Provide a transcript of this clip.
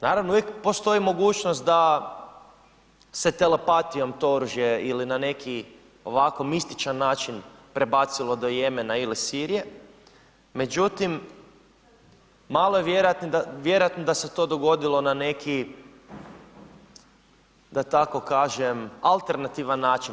Naravno uvijek postoji mogućnost da se telepatijom to oružje ili na neki ovako mističan način prebacilo do Jemena ili Sirije, međutim, malo je vjerojatno da se to dogodilo na neki da tako kažem alternativan način.